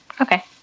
Okay